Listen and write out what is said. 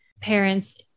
parents